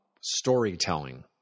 storytelling